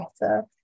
better